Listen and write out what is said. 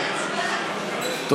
חלאס השמצות.